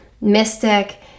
mystic